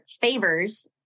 favors